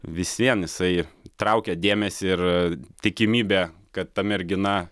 vis vien jisai traukia dėmesį ir tikimybė kad ta mergina